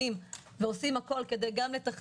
בתחילת שנות התשעים הקבלנים בנו פה 100,000 יחידות דיור.